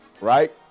right